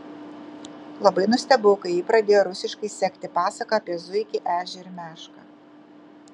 labai nustebau kai ji pradėjo rusiškai sekti pasaką apie zuikį ežį ir mešką